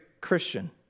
Christian